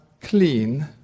clean